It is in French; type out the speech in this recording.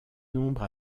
nombre